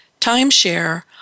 Timeshare